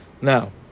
now